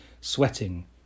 sweating